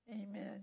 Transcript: amen